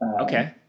Okay